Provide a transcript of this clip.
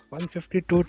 152